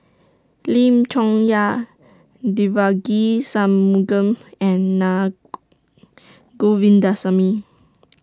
Lim Chong Yah Devagi Sanmugam and Na Govindasamy